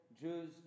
Jews